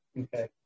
Okay